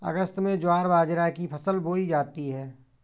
अगस्त में ज्वार बाजरा की फसल बोई जाती हैं